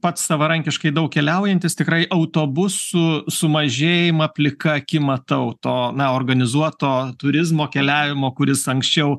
pats savarankiškai daug keliaujantis tikrai autobusų sumažėjimą plika akim matau to na organizuoto turizmo keliavimo kuris anksčiau